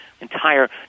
entire